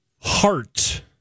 Heart